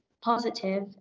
positive